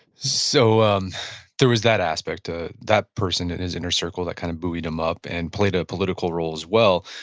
so um there was that aspect, that person in his inner circle that kind of buoyed him up and played a political role as well.